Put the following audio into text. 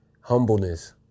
humbleness